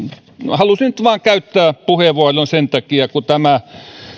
halusin nyt vain käyttää puheenvuoron sen takia kun tämä